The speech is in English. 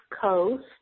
Coast